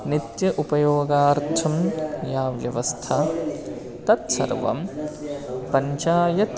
नित्योपयोगार्थं या व्यवस्था तत्सर्वं पञ्चायत्